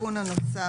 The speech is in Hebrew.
התיקון הנוסף